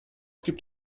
gibt